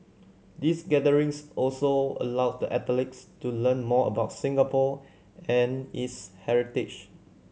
these gatherings also allow the athletes to learn more about Singapore and its heritage